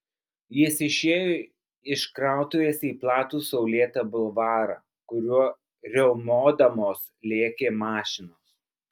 jis išėjo iš krautuvės į platų saulėtą bulvarą kuriuo riaumodamos lėkė mašinos